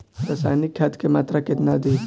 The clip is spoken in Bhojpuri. रसायनिक खाद के मात्रा केतना दी?